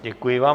Děkuji vám.